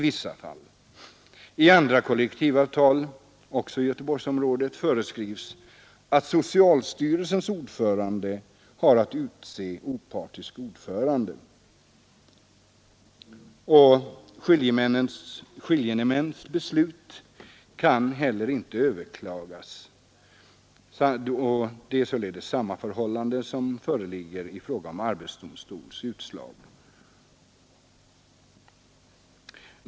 I andra kollektivavtal — också det gäller Göteborgsområdet — föreskrivs att socialstyrelsens ordförande har att utse opartisk ordförande, och skiljemäns beslut kan inte heller överklagas. Samma förhållande föreligger i fråga om arbetsdomstolens utslag.